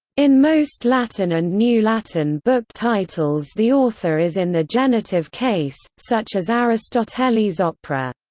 in most latin and new latin book titles the author is in the genitive case, such as aristotelis opera,